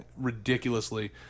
ridiculously